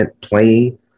playing